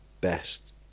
best